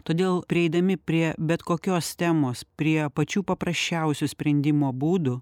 todėl prieidami prie bet kokios temos prie pačių paprasčiausių sprendimo būdų